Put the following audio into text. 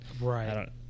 right